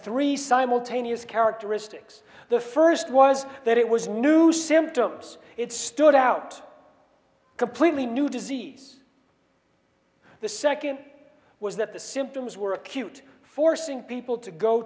three simultaneous characteristics the first was that it was new symptoms it stood out completely new disease the second was that the symptoms were acute forcing people to go